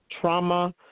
trauma